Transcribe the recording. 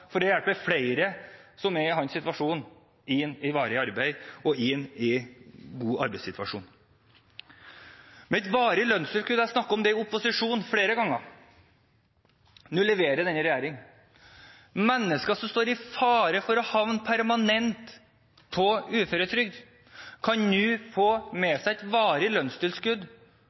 for det hjelper flere som er i hans situasjon, inn i varig arbeid og inn i en god arbeidssituasjon. Et varig lønnstilskudd – jeg snakket om det i opposisjon flere ganger. Nå leverer denne regjeringen. Mennesker som står i fare for å havne permanent på uføretrygd, kan nå få med seg et varig